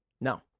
No